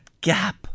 gap